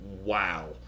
wow